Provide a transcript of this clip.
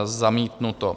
Zamítnuto.